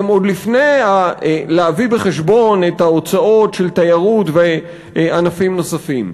הם עוד לפני שהבאנו בחשבון את ההוצאות של תיירות וענפים נוספים.